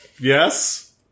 Yes